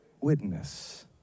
witness